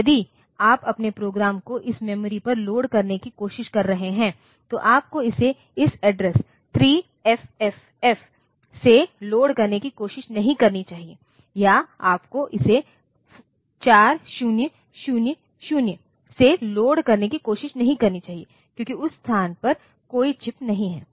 तो यदि आप अपने प्रोग्राम को इस मेमोरी पर लोड करने की कोशिश कर रहे हैं तो आपको इसे इस एड्रेस 3FFF से लोड करने की कोशिश नहीं करनी चाहिए या आपको इसे 4000 से आगे लोड करने की कोशिश नहीं करनी चाहिए क्योंकि उस स्थान पर कोई चिप नहीं है